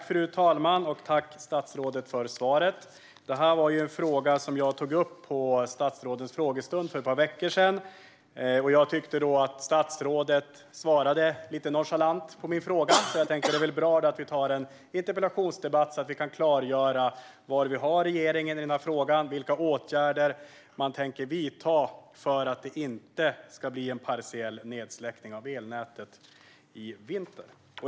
Fru talman! Tack, statsrådet, för svaret! Det här är en fråga som jag tog upp på en frågestund för ett par veckor sedan. Jag tyckte då att statsrådet svarade lite nonchalant på min fråga. Jag tänkte då att det väl är bra att ta en interpellationsdebatt om detta, så att vi kan få klarhet i var vi har regeringen i den här frågan och vilka åtgärder man tänker vidta för att det inte ska bli en partiell nedsläckning av elnätet i vinter.